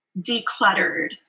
decluttered